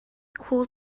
cool